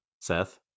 Seth